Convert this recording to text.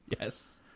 Yes